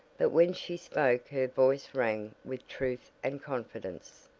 but when she spoke her voice rang with truth and confidence.